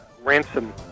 ransom